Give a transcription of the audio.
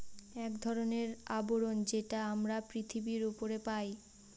এক ধরনের আবরণ যেটা আমরা পৃথিবীর উপরে পাই